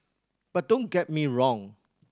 but don't get me wrong